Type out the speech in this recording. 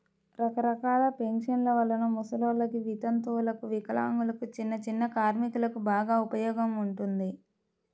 రకరకాల పెన్షన్ల వలన ముసలోల్లకి, వితంతువులకు, వికలాంగులకు, చిన్నచిన్న కార్మికులకు బాగా ఉపయోగం ఉంటుంది